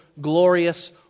glorious